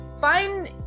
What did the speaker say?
find